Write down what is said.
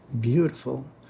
beautiful